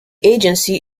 agency